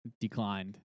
declined